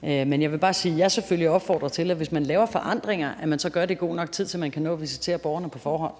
Men jeg vil bare sige, at jeg selvfølgelig opfordrer til, at man, hvis man laver forandringer, så gør det i god nok tid til, at man kan nå at visitere borgerne på forhånd,